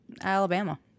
Alabama